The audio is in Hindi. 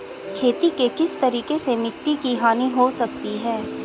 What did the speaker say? खेती के किस तरीके से मिट्टी की हानि हो सकती है?